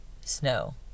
snow